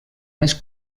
més